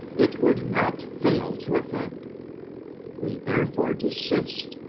it would not fail to offend we therefore desist,